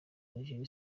niger